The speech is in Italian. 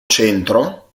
centro